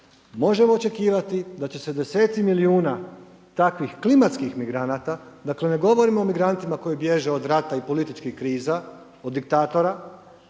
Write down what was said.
Možemo očekivati da će se deseci milijuna takvih klimatskih migranata, dakle, ne govorimo o migrantima koji bježe od rata i političkih kriza, od diktatora,